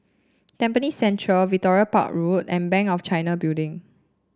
Tampines Central Victoria Park Road and Bank of China Building